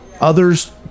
others